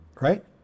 right